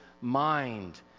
mind